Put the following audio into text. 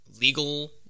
legal